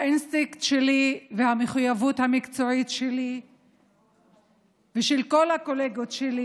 זה האינסטינקט שלי והמחויבות המקצועית שלי ושל כל הקולגות שלי.